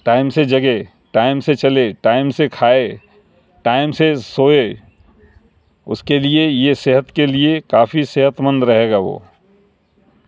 time سے جگے time سے چلے ٹائم سے کھائے ٹائم سے سوئے اس کے لیے یہ صحت کے لیے کافی صحت مند رہے گا وہ